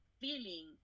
feeling